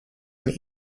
and